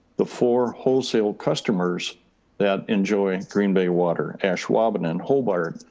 the four wholesale customers that enjoy green bay water, ashwaubenon and holbert,